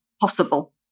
possible